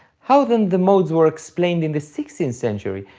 how then the modes were explained in the sixteenth century,